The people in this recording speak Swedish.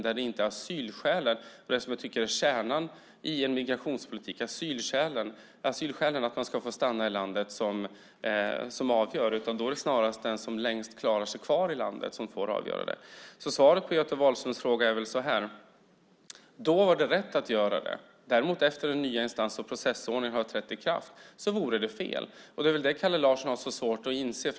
Då är det inte asylskälen, som jag anser är kärnan i en migrationspolitik, som avgör om man ska få stanna i landet, utan då är det snarast förmågan att hålla sig kvar i landet längst som avgör. Svaret på Göte Wahlströms fråga är att då var det rätt att göra det, men efter att den nya instans och processordningen har trätt i kraft vore det fel. Det är väl det Kalle Larsson har så svårt att inse.